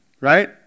right